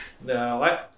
No